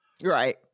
Right